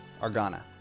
Argana